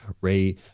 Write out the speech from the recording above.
Ray